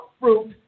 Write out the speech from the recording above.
fruit